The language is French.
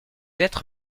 être